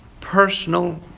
personal